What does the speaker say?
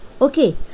okay